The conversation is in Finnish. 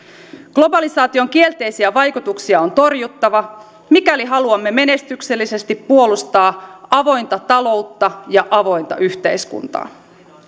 globalisaation kielteisiä vaikutuksia on torjuttava mikäli haluamme menestyksellisesti puolustaa avointa taloutta ja avointa yhteiskuntaa